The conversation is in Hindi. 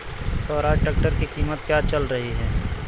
स्वराज ट्रैक्टर की कीमत क्या चल रही है?